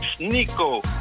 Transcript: Nico